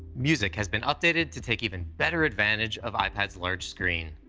music has been updated to take even better advantage of ipad's large screen.